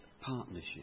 partnership